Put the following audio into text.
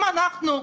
אם אנחנו,